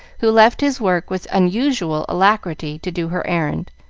who left his work with unusual alacrity to do her errand.